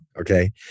okay